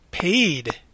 Paid